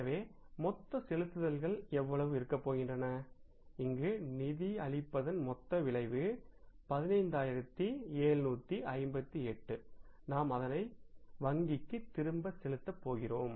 எனவே மொத்த செலுத்துதல்கள் எவ்வளவு இருக்கப் போகின்றன இங்கு நிதியளிப்பதன் மொத்த விளைவு 15758 நாம் அதனை வங்கிக்குத் திருப்பிச் செலுத்தப் போகிறோம்